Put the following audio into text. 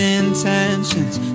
intentions